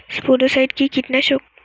স্পোডোসাইট কি কীটনাশক?